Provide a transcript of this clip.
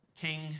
king